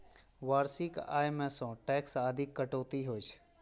वार्षिक आय मे सं टैक्स आदिक कटौती होइ छै